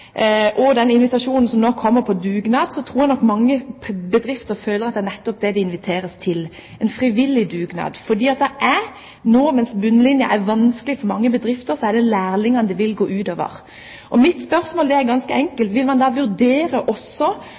og den invitasjonen til dugnad som kommer, føler at det er nettopp det de inviteres til: en frivillig dugnad. For det er, nå når bunnlinjen er vanskelig for mange bedrifter, lærlinger det vil gå ut over. Mitt spørsmål er ganske enkelt: Vil man da vurdere også